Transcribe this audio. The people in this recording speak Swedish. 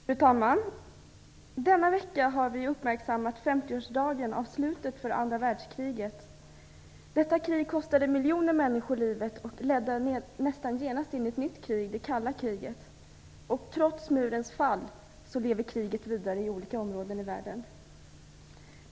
Fru talman! Denna vecka har vi uppmärksammat 50-årsdagen av slutet på andra världskriget. Detta krig kostade miljoner människor livet och ledde nästan genast in i ett nytt krig, det kalla kriget. Och trots murens fall lever kriget vidare i olika områden i världen.